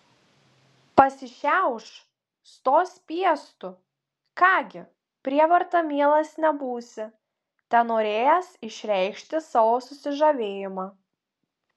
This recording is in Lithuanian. pasišiauš stos piestu ką gi prievarta mielas nebūsi tenorėjęs išreikšti savo susižavėjimą